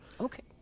Okay